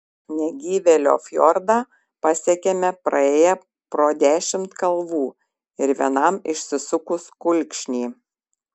negyvėlio fjordą pasiekėme praėję pro dešimt kalvų ir vienam išsisukus kulkšnį